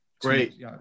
Great